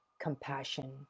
compassion